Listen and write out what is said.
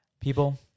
people